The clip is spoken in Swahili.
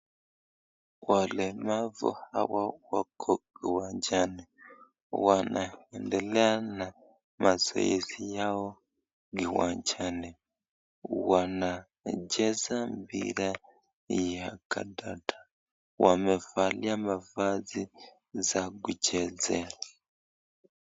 Walemavu hawa wako uwanjani wanaendelea na mazoezi yao uwanjani. Wanacheza mpira ya kandanda. Wamevaa mavazi za kuchezea.